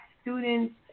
students